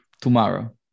tomorrow